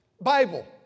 Bible